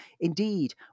Indeed